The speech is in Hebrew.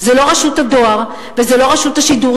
זה לא רשות הדואר וזה לא רשות השידור,